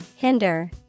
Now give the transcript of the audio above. Hinder